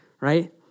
right